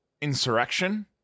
insurrection